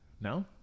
No